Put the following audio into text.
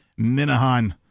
Minahan